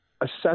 assess